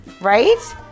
right